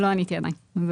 לא עניתי עדיין.